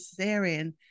cesarean